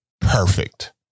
Perfect